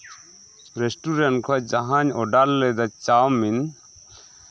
restaurant ᱠᱷᱚᱡ ᱡᱟᱸᱦᱟ order ᱞᱮᱫᱟ ᱪᱟᱣᱢᱤᱱ